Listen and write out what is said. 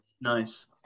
nice